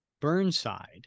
burnside